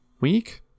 week